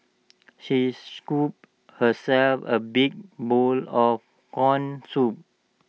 she scooped herself A big bowl of Corn Soup